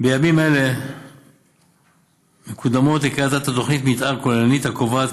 בימים אלה מקודמת לקריית אתא תוכנית מתאר כוללנית הקובעת